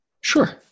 Sure